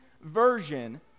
version